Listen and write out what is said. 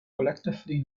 collectively